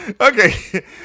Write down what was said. Okay